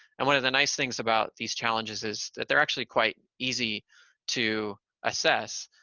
and one of the nice things about these challenges is that they're actually quite easy to assess,